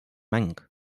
mäng